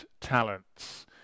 talents